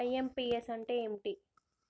IMPS అంటే ఏంటిది?